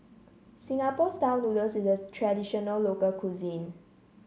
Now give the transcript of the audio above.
Singapore style noodles is a traditional local cuisine